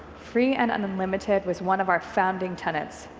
free and unlimited was one of our founding tenets.